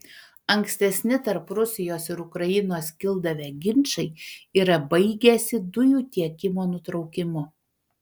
ankstesni tarp rusijos ir ukrainos kildavę ginčai yra baigęsi dujų tiekimo nutraukimu